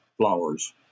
flowers